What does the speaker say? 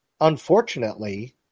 unfortunately